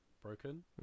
broken